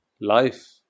life